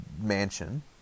mansion